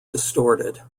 distorted